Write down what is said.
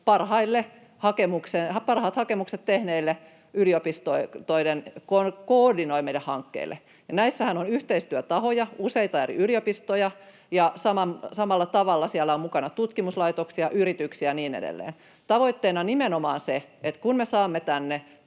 parhaat hakemukset tehneille, yliopistojen koordinoimille hankkeille. Näissähän on yhteistyötahoja, useita eri yliopistoja, ja samalla tavalla siellä on mukana tutkimuslaitoksia, yrityksiä ja niin edelleen. Tavoitteena on nimenomaan se, että kun me saamme tänne